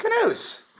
canoes